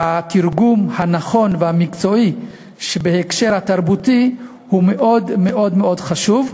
התרגום הנכון והמקצועי בהקשר התרבותי הוא מאוד מאוד חשוב.